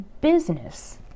business